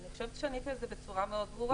אני חושבת שעניתי על זה בצורה מאוד ברורה.